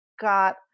got